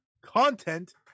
content